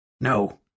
No